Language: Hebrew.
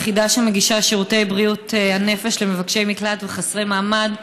היחידה שמגישה שירותי בריאות הנפש למבקשי מקלט וחסרי מעמד,